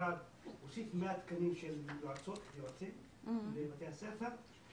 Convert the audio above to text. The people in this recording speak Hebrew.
במשרד הוסיף 100 תקנים של יועצות ויועצים בבתי הספר.